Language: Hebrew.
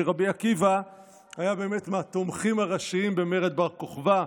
שרבי עקיבא היה באמת מהתומכים הראשיים של מרד בר כוכבא.